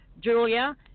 Julia